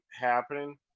happening